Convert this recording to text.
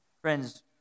Friends